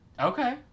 Okay